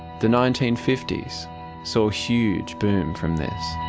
the nineteen fifty s saw huge boom from this.